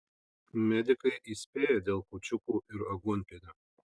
medikai įspėja dėl kūčiukų ir aguonpienio